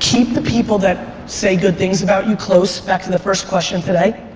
keep the people that say good things about you close, back to the first question today,